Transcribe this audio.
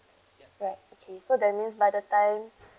alright okay so that means by the time